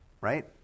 right